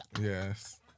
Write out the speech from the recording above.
Yes